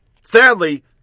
Sadly